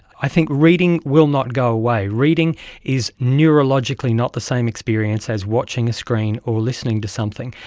i think reading will not go away. reading is neurologically not the same experience as watching a screen or listening to something.